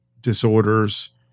disorders